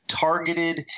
targeted